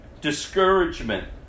discouragement